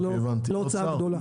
זו לא הוצאה גדולה.